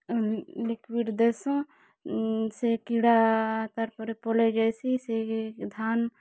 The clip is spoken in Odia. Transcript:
ଲିକ୍ୟୁଡ଼୍ ଦେସୁ ସେ କିଡ଼ା ତାର ପରେ ପଲେଇ ଯାଇସି ସେ ଧାନ୍